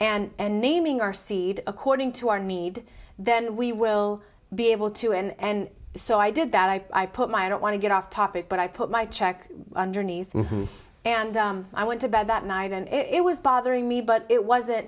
ground and naming our seed according to our need then we will be able to and so i did that i put my i don't want to get off topic but i put my check underneath and i went to bed that night and it was bothering me but it wasn't